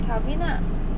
kelvin lah